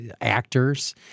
actors